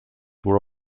were